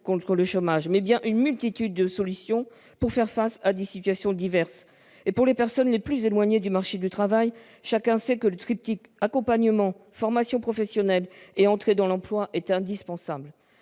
contre le chômage, mais il y a une multitude de solutions pour faire face à des situations diverses. Pour les personnes les plus éloignées du marché du travail, chacun sait que le triptyque « accompagnement, formation professionnelle et entrée dans l'emploi » est indispensable.